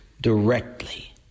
directly